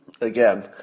Again